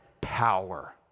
power